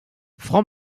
franc